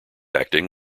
acting